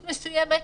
מסוימת,